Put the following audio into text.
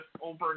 over